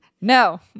No